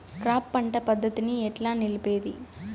Crop పంట పద్ధతిని ఎట్లా నిలిపేది?